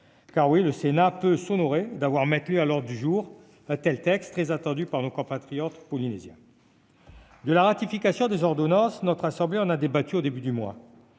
Oui, le Sénat peut s'honorer d'avoir maintenu à l'ordre du jour ce texte très attendu par nos compatriotes polynésiens. De la ratification des ordonnances, notre assemblée a débattu au début de ce mois